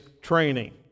training